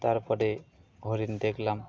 তারপরে হরিণ দেখলাম